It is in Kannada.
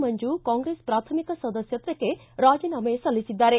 ಮಂಜು ಕಾಂಗ್ರೆಸ್ ಪ್ರಾಥಮಿಕ ಸದಸ್ಯತ್ವಕ್ಕೆ ರಾಜೀನಾಮೆ ಸಲ್ಲಿಸಿದ್ದಾರೆ